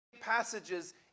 passages